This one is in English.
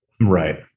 Right